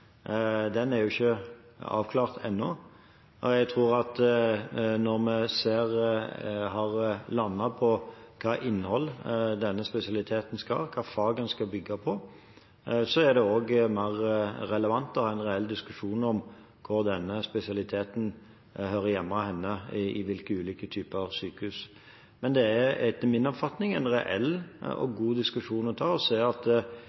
Den er ikke avklart ennå. Jeg tror at når vi har landet på hva slags innhold denne spesialiteten skal ha, hvilke fag den skal bygge på, er det også mer relevant å ha en reell diskusjon om hvor denne spesialiteten hører hjemme – i hvilke ulike typer sykehus. Men å se på om det å ha en egen spesialitet i mottaksmedisin kan være relevant, både på de store og de mindre sykehusene, er etter min oppfatning